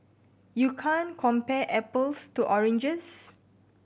you can't compare apples to oranges